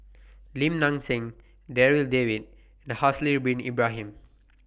Lim Nang Seng Darryl David and Haslir Bin Ibrahim